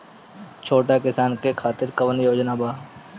छोटा किसान के खातिर कवन योजना बा?